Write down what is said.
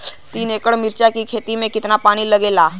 तीन एकड़ मिर्च की खेती में कितना पानी लागेला?